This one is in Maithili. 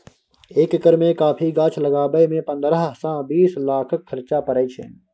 एक एकर मे कॉफी गाछ लगाबय मे पंद्रह सँ बीस लाखक खरचा परय छै